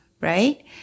Right